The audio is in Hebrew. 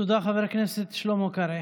תודה, חבר הכנסת שלמה קרעי.